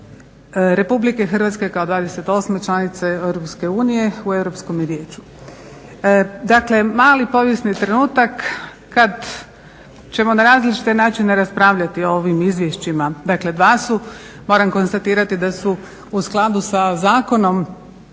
hrvatske Vlade RH kao 28. članice EU u Europskome vijeću. Dakle, mali povijesni trenutak kad ćemo na različite načine raspravljati o ovim izvješćima, dakle dva su. Moram konstatirati da su u skladu sa Zakonom